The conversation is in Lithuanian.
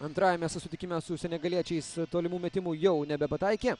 antrajame susitikime su senegaliečiais tolimų metimų jau nebepataikė